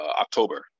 October